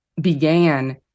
began